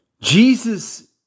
Jesus